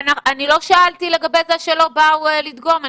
אני לא שאלתי לגבי זה שלא באו לדגום,